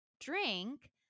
drink